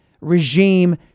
regime